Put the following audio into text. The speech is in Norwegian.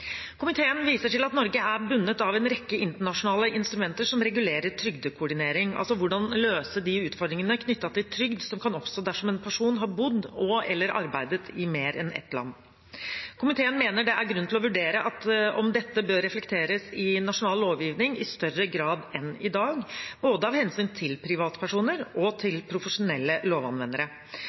Komiteen viser til at Norge er bundet av en rekke internasjonale instrumenter som regulerer trygdekoordinering, altså hvordan løse de utfordringene knyttet til trygd som kan oppstå dersom en person har bodd og/eller arbeidet i mer enn ett land. Komiteen mener det er grunn til å vurdere om dette bør reflekteres i nasjonal lovgivning i større grad enn i dag, av hensyn både til privatpersoner og til profesjonelle lovanvendere.